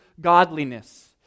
godliness